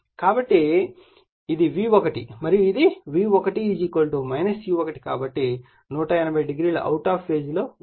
కాబట్టి ఇది V1 మరియు ఇది V1 E1 కాబట్టి 180o అవుట్ ఆఫ్ ఫేజ్ లో ఉంటుంది